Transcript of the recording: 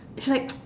it's like